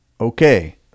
okay